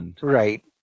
right